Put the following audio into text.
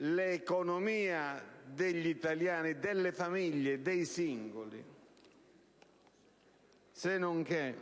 l'economia degli italiani, delle famiglie e dei singoli. Riporto